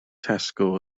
tesco